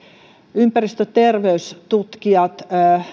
ympäristöterveystutkijat